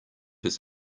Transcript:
his